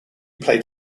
played